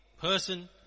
person